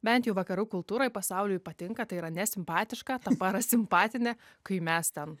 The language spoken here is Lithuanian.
bent jau vakarų kultūroj pasauliui patinka tai yra ne simpatiška ta parasimpatinė kai mes ten